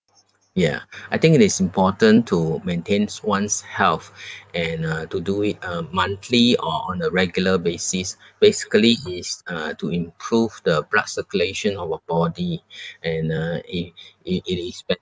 ya I think it is important to maintains one's health and uh to do it uh monthly or on a regular basis basically is uh to improve the blood circulation our body and uh it it it is better